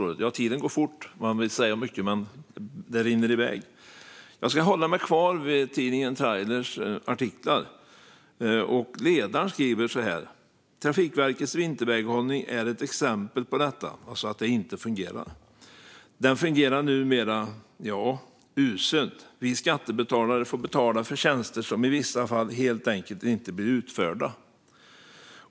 Herr talman! Tiden går fort. Man vill säga mycket, men tiden rinner i väg. Jag ska hålla mig kvar vid tidningen Trailers artiklar. Ledaren skriver så här: "Trafikverkets vinterväghållning är ett exempel på detta" - alltså att det inte fungerar. "Den fungerar numera, ja, uselt! Vi skattebetalare får betala för tjänster som i vissa fall helt enkelt inte blir utförda.